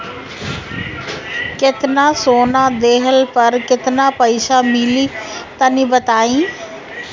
केतना सोना देहला पर केतना पईसा मिली तनि बताई?